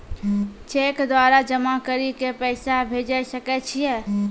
Cheque द्वारा जमा करि के पैसा भेजै सकय छियै?